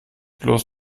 bloß